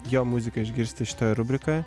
jo muziką išgirsti šitoje rubrikoje